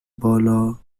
بالا